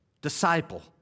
disciple